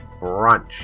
Brunch